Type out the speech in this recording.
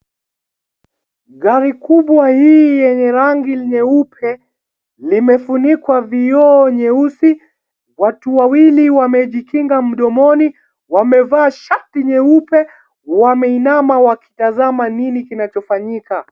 Gari kubwa hii yenye rangi nyeupe, limefunikwa vioo nyeusi. Watu wawili wamejikinga mdomoni. Wamevaa shati nyeupe, wameinama wakitazama nini kinachofanyika.